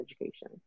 education